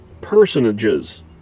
personages